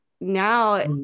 now